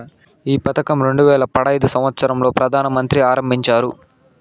ఈ పథకం రెండు వేల పడైదు సంవచ్చరం లో ప్రధాన మంత్రి ఆరంభించారు